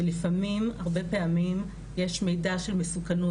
שלפעמים הרבה פעמים יש מידע של מסוכנות